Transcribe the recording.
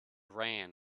ran